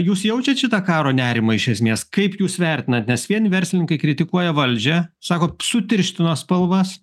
jūs jaučiat šitą karo nerimą iš esmės kaip jūs vertinat nes vieni verslininkai kritikuoja valdžią sako sutirštino spalvas